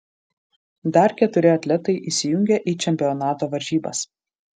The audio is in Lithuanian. dar keturi atletai įsijungia į čempionato varžybas